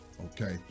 Okay